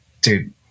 dude